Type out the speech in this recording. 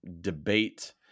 debate